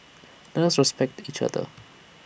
let us respect each other